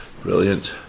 brilliant